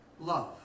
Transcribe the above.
love